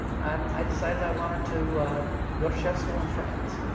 and i decided i wanted to go to chef school in france.